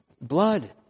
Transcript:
blood